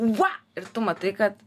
va ir tu matai kad